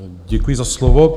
Děkuji za slovo.